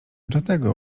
dlatego